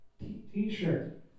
T-shirt